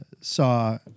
saw